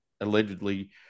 allegedly